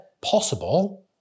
possible